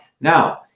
Now